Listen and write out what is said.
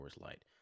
Light